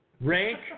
Rank